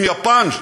עם יפן,